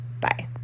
bye